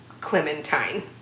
Clementine